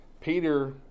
Peter